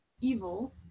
evil